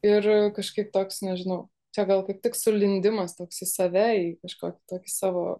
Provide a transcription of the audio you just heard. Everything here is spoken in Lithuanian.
ir kažkaip toks nežinau čia gal kaip tik sulindimas toks į save į kažkokį tokį savo